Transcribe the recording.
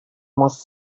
most